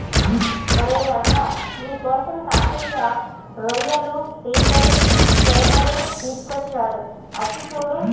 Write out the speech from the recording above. ఓరై రంగ నీకోసం తాతయ్య రోయ్యలు పీతలు సేపలు తీసుకొచ్చాడు అచ్చి సూడు